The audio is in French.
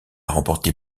remporté